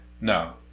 no